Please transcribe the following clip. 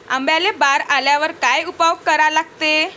आंब्याले बार आल्यावर काय उपाव करा लागते?